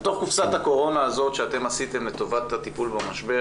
בתוך קופסת הקורונה הזאת שאתם עשיתם לטובת הטיפול במשבר,